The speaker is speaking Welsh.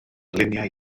luniau